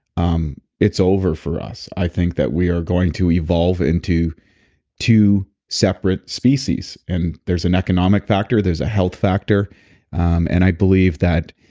um it's over for us. i think that we are going to evolve into two separate species and there's an economic factor, there's a health factor and i believe that